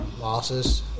losses